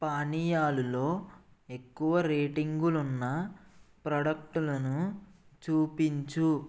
పానీయాలలో ఎక్కువ రేటింగులున్న ప్రాడక్టులను చూపించు